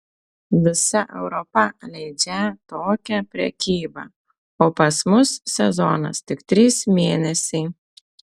visa europa leidžią tokią prekybą o pas mus sezonas tik trys mėnesiai